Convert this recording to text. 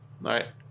right